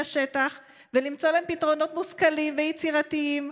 השטח ולמצוא להם פתרונות מושכלים ויצירתיים.